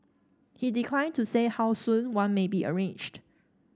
he declined to say how soon one may be arranged